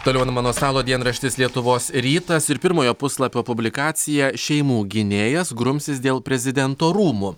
toliau ant mano stalo dienraštis lietuvos rytas ir pirmojo puslapio publikacija šeimų gynėjas grumsis dėl prezidento rūmų